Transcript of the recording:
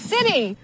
City